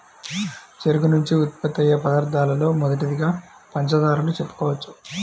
చెరుకు నుంచి ఉత్పత్తయ్యే పదార్థాలలో మొదటిదిగా పంచదారను చెప్పుకోవచ్చు